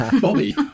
bobby